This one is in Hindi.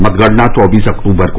मतगणना चौबीस अक्टूबर को